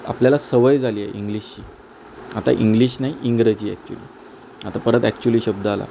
आपल्याला सवय झाली आहे इंग्लिशची आता इंग्लिश नाही इंग्रजी ॲक्चुली आता परत ॲक्चुली शब्द आला